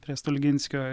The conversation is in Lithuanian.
prie stulginskio